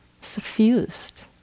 suffused